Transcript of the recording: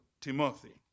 Timothy